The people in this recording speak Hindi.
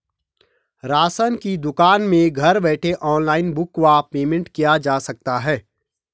राशन की दुकान में घर बैठे ऑनलाइन बुक व पेमेंट किया जा सकता है?